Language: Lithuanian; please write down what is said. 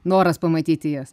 noras pamatyti jas